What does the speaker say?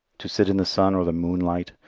to sit in the sun or the moonlight,